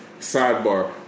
Sidebar